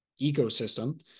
ecosystem